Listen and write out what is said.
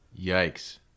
Yikes